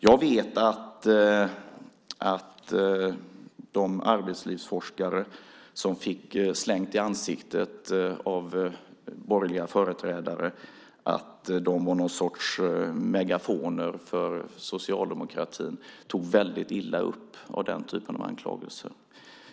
Jag vet att de arbetslivsforskare som fick slängt i ansiktet av borgerliga företrädare att de var någon sorts megafoner för socialdemokratin tog väldigt illa upp av den typen av anklagelser.